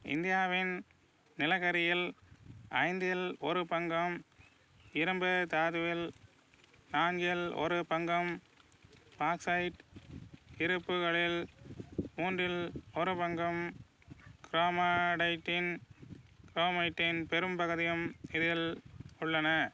இந்தியாவின் நிலக்கரியில் ஐந்தில் ஒரு பங்கும் இரும்புத் தாதுவில் நான்கில் ஒரு பங்கும் பாக்சைட் இருப்புக்களில் மூன்றில் ஒரு பங்கும் குரோமாடைட்டின் குரோமைட்டின் பெரும்பகுதியும் இதில் உள்ளன